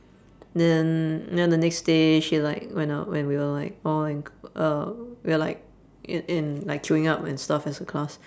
then then the next day she like when I when we were like all in c~ uh we're like in in like queuing up and stuff as a class